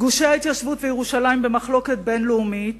גושי ההתיישבות וירושלים במחלוקת בין-לאומית,